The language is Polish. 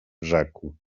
rzekł